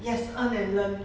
yes earn and learn